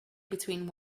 between